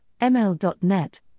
ML.net